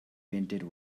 painted